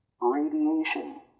Radiation